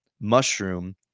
mushroom